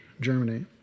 Germany